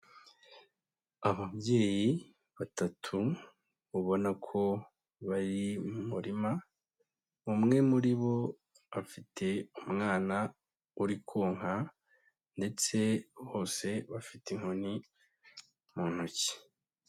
Ababyeyi batatu, ubona ko bari mu murima, umwe muri bo afite umwana uri konka ndetse bose bafite inkoni mu ntoki.